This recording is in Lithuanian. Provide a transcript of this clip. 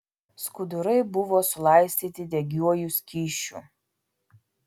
skudurai buvo sulaistyti degiuoju skysčiu